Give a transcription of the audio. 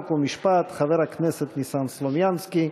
חוק ומשפט חבר הכנסת ניסן סלומינסקי.